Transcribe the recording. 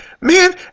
man